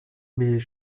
mais